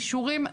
אישורים,